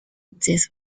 this